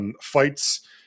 fights